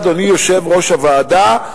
אדוני יושב-ראש הוועדה,